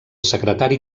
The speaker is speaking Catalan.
secretari